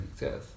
yes